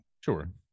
Sure